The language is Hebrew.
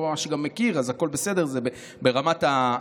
אני גם לא ממש מכיר, אז הכול בסדר, זה ברמת הדיון.